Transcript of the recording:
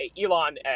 Elon